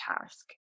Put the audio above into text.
task